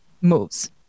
moves